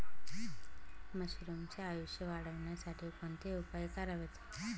मशरुमचे आयुष्य वाढवण्यासाठी कोणते उपाय करावेत?